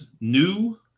new